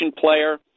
player